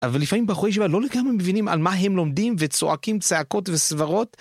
אבל לפעמים בחורי ישיבה לא לגמרי מבינים על מה הם לומדים וצועקים צעקות וסברות...